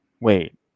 Wait